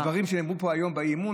לדברים שנאמרו פה היום באי-אמון,